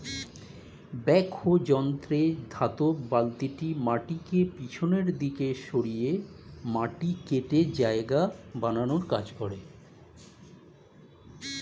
backhoe যন্ত্রে ধাতব বালতিটি মাটিকে পিছনের দিকে সরিয়ে মাটি কেটে জায়গা বানানোর কাজ করে